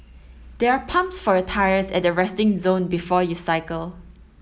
there are pumps for your tyres at the resting zone before you cycle